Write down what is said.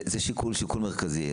זה שיקול מרכזי.